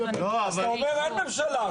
אז אתה אומר אין ממשלה.